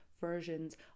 versions